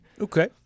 Okay